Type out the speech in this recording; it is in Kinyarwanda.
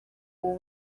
ubu